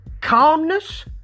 calmness